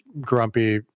grumpy